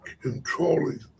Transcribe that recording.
controlling